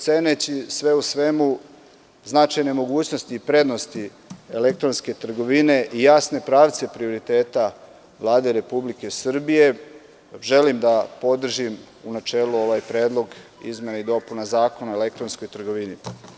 Ceneći sve u svemu značajne mogućnosti i prednosti elektronske trgovine i jasne pravce prioriteta Vlade Republike Srbije, želim da podržim u načelu ovaj predlog izmena i dopuna Zakona o elektronskoj trgovini.